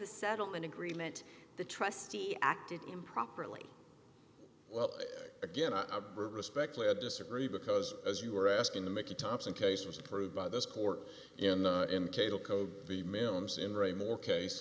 the settlement agreement the trustee acted improperly well again i respectfully disagree because as you were asking the mickey thompson case was approved by this court in the millions in raymore case